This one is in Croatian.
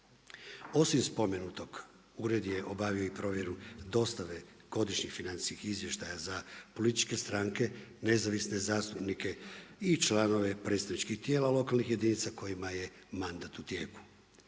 Osim spomenutom ured je obavio i provjeru dostave godišnjih financijskih izvještaja za političke stranke, nezavisne zastupnike i članove predstavničkih tijela lokalnih jedinica kojima je mandat u tijeku.